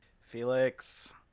Felix